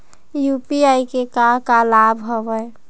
UPI के का का लाभ हवय?